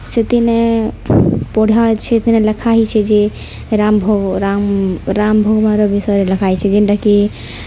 ସେଦିନେ ପଢ଼ିବା ଅଛେ ସେଦିନେ ଲେଖା ହେଇଛି ଯେ ରାମ ଭଗ ରାମ ଭଗବାନର ବିଷୟରେ ଲେଖା ହେଇଛି ଯେନ୍ଟାକି